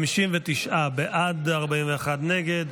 בעד, 59, נגד,